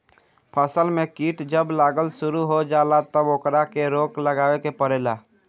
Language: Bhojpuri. फसल में कीट जब लागल शुरू हो जाला तब ओकरा के रोक लगावे के पड़ेला